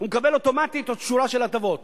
מקבל אוטומטית עוד שורה של הטבות,